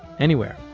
anywhere.